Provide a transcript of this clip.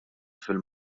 fil